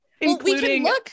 including